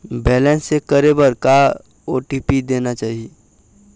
Balance check करे बर का ओ.टी.पी देना चाही?